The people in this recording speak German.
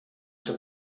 der